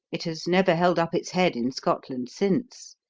it has never held up its head in scotland since.